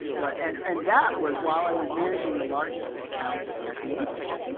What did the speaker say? but and and that was while i was managing the largest account at the agency.